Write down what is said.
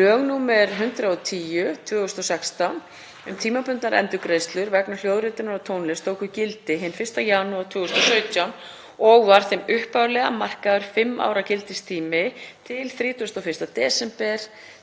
Lög nr. 110/2016, um tímabundnar endurgreiðslur vegna hljóðritunar á tónlist, tóku gildi hinn 1. janúar 2017 og var þeim upphaflega markaður fimm ára gildistími til 31. desember